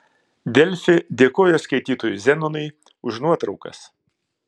delfi dėkoja skaitytojui zenonui už nuotraukas